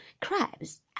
crabs